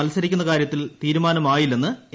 മത്സരിക്കുന്ന കാര്യത്തിൽ തീരുമാനമായില്ലെന്ന് എ